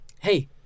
Hey